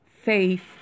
faith